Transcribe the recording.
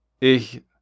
Ich